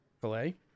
Filet